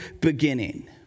beginning